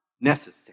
necessary